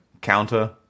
counter